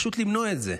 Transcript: פשוט למנוע את זה.